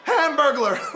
Hamburglar